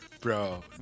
bro